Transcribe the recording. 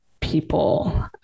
people